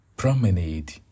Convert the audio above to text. Promenade